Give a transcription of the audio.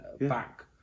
back